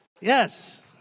Yes